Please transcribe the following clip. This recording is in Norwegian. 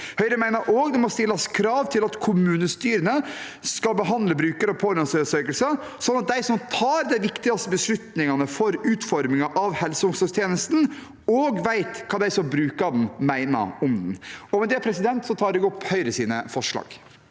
Høyre mener også at det må stilles krav til at kommunestyrene skal behandle bruker- og pårørendeundersøkelser, slik at de som tar de viktigste beslutningene for utformingen av helse- og omsorgstjenesten, vet hva de som bruker den, mener om den. Med det tar jeg opp forslagene